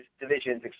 divisions